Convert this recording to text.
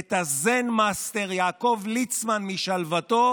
את הזן-מאסטר יעקב ליצמן משלוותו,